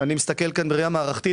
אני מסתכל כאן בראייה מערכתית.